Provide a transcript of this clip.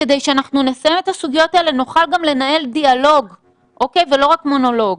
כדי שאנחנו נסיים את הסוגיות האלה נוכל גם לנהל דיאלוג ולא רק מונולוג.